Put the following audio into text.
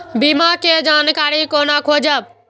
बीमा के जानकारी कोना खोजब?